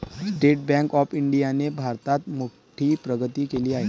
state Bank of इंडियाने भारतात मोठी प्रगती केली आहे